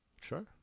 Sure